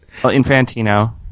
Infantino